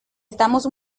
estamos